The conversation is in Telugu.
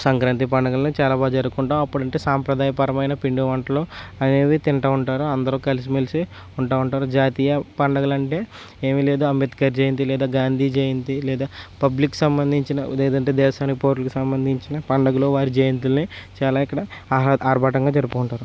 సంక్రాంతి పండుగలను చాలా బాగా జరుపుకుంటాం అప్పుడంటే సాంప్రదాయపరమైన పిండివంటలు అనేవి తింటూ ఉంటారు అందరూ కలిసిమెలిసి ఉంటు ఉంటారు జాతీయ పండుగలు అంటే ఏమీ లేదు అంబేద్కర్ జయంతి లేదా గాంధీ జయంతి లేదా పబ్లిక్ సంబంధించిన లేదంటే దేశానికి పౌరులకి సంబంధించిన పండుగలు వారి జయంతుల్ని చాలా ఇక్కడ ఆహ్లా ఆర్భాటంగా జరుపుకుంటారు